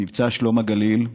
במבצע שלום הגליל,